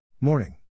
Morning